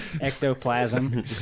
Ectoplasm